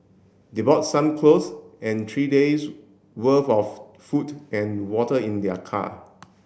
they brought some clothes and three days worth of food and water in their car